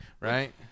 right